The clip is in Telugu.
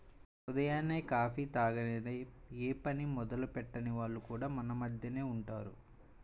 ఉదయాన్నే కాఫీ తాగనిదె యే పని మొదలెట్టని వాళ్లు కూడా మన మద్దెనే ఉంటారు